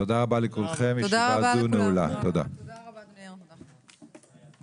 תודה רבה לכולכם, הישיבה הזו נעולה.